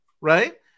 right